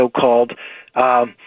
so-called